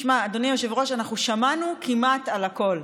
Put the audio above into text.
תשמע, אדוני היושב-ראש, אנחנו שמענו כמעט על הכול.